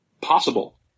possible